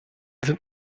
sind